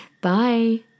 Bye